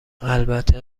البته